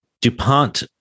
DuPont